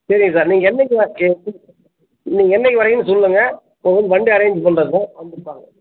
சரிங்க சார் நீங்கள் என்றைக்கு வர நீங்கள் என்றைக்கு வரீங்கன்னு சொல்லுங்கள் உங்களுக்கு வண்டி அரேஞ்ச் பண்ணுறோம் சார் வந்துப் பாருங்கள்